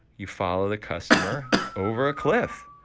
you follow the customer over a cliff.